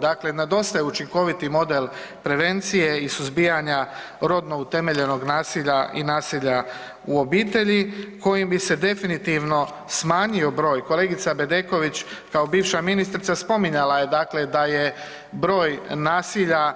Dakle, na dosta je učinkoviti model prevencije i suzbijanja rodno utemeljenog nasilja i nasilja u obitelji kojim bi se definitivno smanjio broj, kolegica Bedeković kao bivša ministrica spominjala je dakle da je broj nasilja,